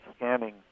scamming